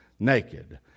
naked